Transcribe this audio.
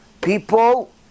People